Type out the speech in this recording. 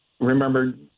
remember